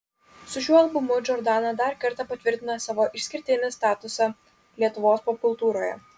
su šiuo albumu džordana dar kartą patvirtina savo išskirtinį statusą lietuvos popkultūroje